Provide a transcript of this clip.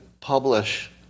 publish